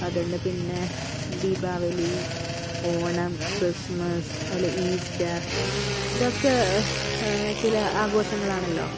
അതുണ്ട് പിന്നെ ദീപാവലി ഓണം ക്രിസ്തുമസ്സ് അതുപോലെ ഈസ്റ്റർ ഇതൊക്കെ ചില ആഘോഷങ്ങളാണല്ലോ